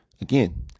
again